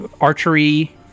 archery